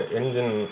engine